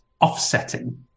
offsetting